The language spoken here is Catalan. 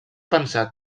pensar